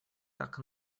так